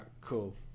cool